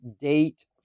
date